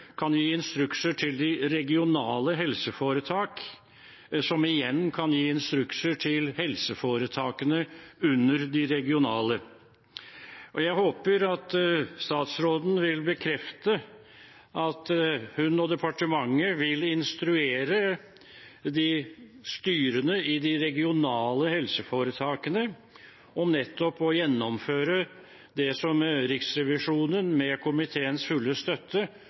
kan gi instrukser til de regionale helseforetak, som igjen kan gi instrukser til helseforetakene under de regionale. Jeg håper at statsråden vil bekrefte at hun og departementet vil instruere styrene i de regionale helseforetakene om nettopp å gjennomføre det som Riksrevisjonen, med komiteens fulle støtte,